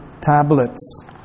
tablets